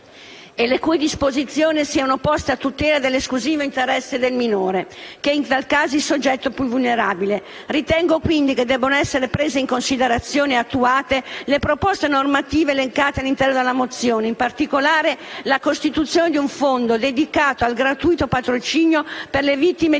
e le cui disposizioni siano poste a tutela dell'esclusivo interesse del minore, che è, in tali casi, il soggetto più vulnerabile. Ritengo quindi che debbano essere prese in considerazione e attuate le proposte normative elencate all'interno della mozione, in particolare: la costituzione di un fondo dedicato al gratuito patrocinio per le vittime di